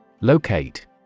Locate